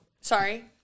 Sorry